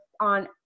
on